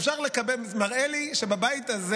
זה מראה לי שבבית הזה,